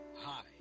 Hi